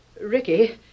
Ricky